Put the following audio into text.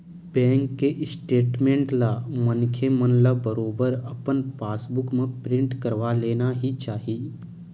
bank के statement ला मनखे मन ल बरोबर अपन पास बुक म प्रिंट करवा लेना ही चाही